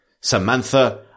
Samantha